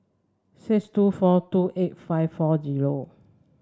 six two four two eight five four zero